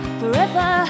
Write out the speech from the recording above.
forever